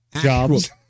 Jobs